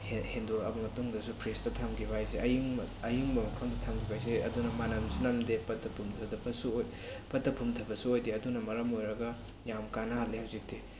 ꯍꯦꯟꯗꯣꯔꯛꯑꯕ ꯃꯇꯨꯡꯗꯁꯨ ꯐ꯭ꯔꯤꯖꯇ ꯊꯝꯒꯤꯕ ꯍꯥꯏꯁꯦ ꯑꯌꯤꯡꯕ ꯑꯌꯤꯡꯕ ꯃꯐꯝ ꯊꯝꯈꯤꯕ ꯍꯥꯏꯁꯦ ꯑꯗꯨꯅ ꯃꯅꯝꯁꯨ ꯅꯝꯗꯦ ꯄꯠꯊ ꯄꯨꯝꯊꯗꯕꯁꯨ ꯄꯠꯊ ꯄꯨꯝꯊꯕꯁꯨ ꯑꯣꯏꯗꯦ ꯑꯗꯨꯅ ꯃꯔꯝ ꯑꯣꯏꯔꯒ ꯌꯥꯝ ꯀꯥꯟꯅꯍꯜꯂꯦ ꯍꯧꯖꯤꯛꯇꯤ